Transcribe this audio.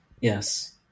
Yes